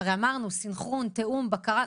הרי אמרנו: סנכרון, תיאום, בקרה.